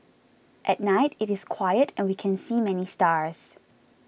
at night it is quiet and we can see many stars